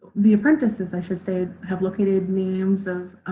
the apprentices i should say, have located names of